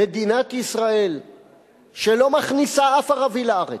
מדינת ישראל שלא מכניסה אף ערבי לארץ,